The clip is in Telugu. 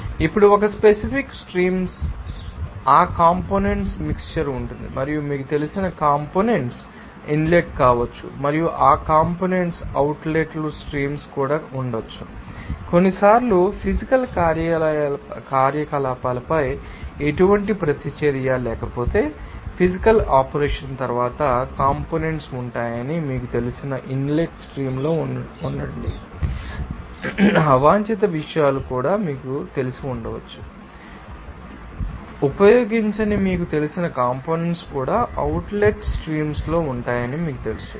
ఇప్పుడు ఒక స్పెసిఫిక్ స్ట్రీమ్స్ ఆ కంపోనెంట్స్ మిక్శ్చర్ ఉంటుంది మరియు మీకు తెలిసిన కంపోనెంట్స్ ు ఇన్లెట్ కావచ్చు మరియు ఆ కంపోనెంట్స్ ు అవుట్లెట్ స్ట్రీమ్స్ కూడా ఉండవచ్చు కొన్నిసార్లు ఫీజికల్ కార్యకలాపాలపై ఎటువంటి ప్రతిచర్య లేకపోతే ఫీజికల్ ఆపరేషన్ తర్వాత కంపోనెంట్స్ ు ఉంటాయని మీకు తెలిసిన ఇన్లెట్ స్ట్రీమ్లో ఉండండి కొన్ని అవాంఛిత విషయాలు మీకు తెలిసి ఉండవచ్చు లేదా ఉపయోగించని మీకు తెలిసిన కంపోనెంట్స్ ు కూడా అవుట్లెట్ స్ట్రీమ్లలో ఉంటాయని మీకు తెలుసు